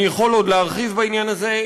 אני יכול עוד להרחיב בעניין הזה,